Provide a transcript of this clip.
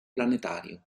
planetario